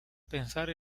pensar